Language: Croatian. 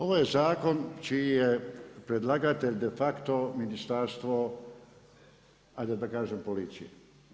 Ovaj zakon čiji je predlagatelj de facto ministarstvo hajde da kažem policije.